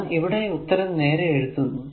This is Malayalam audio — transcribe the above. ഞാൻ ഇവിടെ ഈ ഉത്തരം നേരെ എഴുതുന്നു